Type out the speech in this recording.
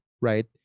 right